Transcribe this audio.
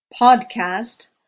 podcast